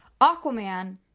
Aquaman